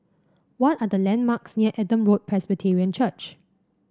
what are the landmarks near Adam Road Presbyterian Church